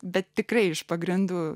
bet tikrai iš pagrindų